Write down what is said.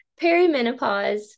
perimenopause